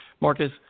Marcus